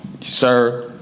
sir